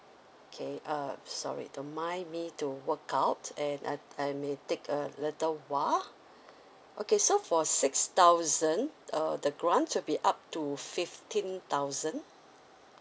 okay uh sorry don't mind me to work out and I I may take a little while okay so for six thousand uh the grant should be up to fifteen thousand